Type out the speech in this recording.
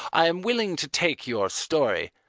i am willing to take your story,